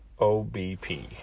OBP